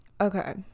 Okay